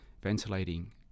Ventilating